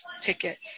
ticket